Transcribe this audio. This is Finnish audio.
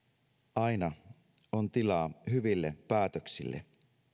aina on tilaa hyville päätöksille